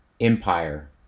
empire